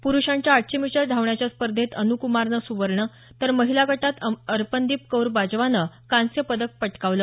प्रुषांच्या आठशे मीटर धावण्याच्या स्पर्धेत अनुक्मारनं सुवर्ण तर महिला गटात अरपनदीप कौर बाजवानं कांस्य पदक पटकावलं